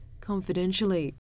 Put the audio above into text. confidentially